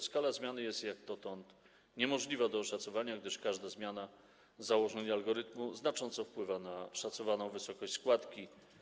Skala zmiany jest dotąd niemożliwa do oszacowania, gdyż każda zmiana założenia algorytmu znacząco wpływa na szacowaną wysokość składki.